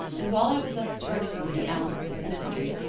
and while i was thus turning over the elements of the mystery,